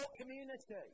community